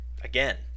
again